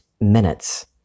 minutes